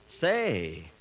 Say